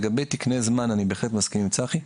לגבי תקני זמן אני בהחלט מסכים עם צחי.